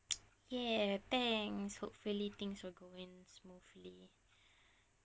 ya thanks hopefully things will go in smoothly